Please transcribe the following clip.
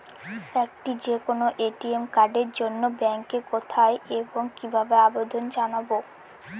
একটি যে কোনো এ.টি.এম কার্ডের জন্য ব্যাংকে কোথায় এবং কিভাবে আবেদন জানাব?